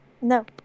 No